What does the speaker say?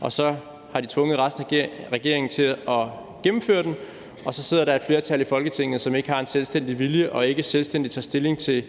og så har de tvunget resten af regeringen til at gennemføre den, og så sidder der er et flertal i Folketinget, som ikke har en selvstændig vilje og ikke selvstændigt tager stilling til